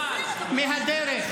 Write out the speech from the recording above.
אחראית